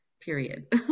period